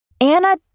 Anna